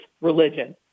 religion